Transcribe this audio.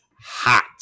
hot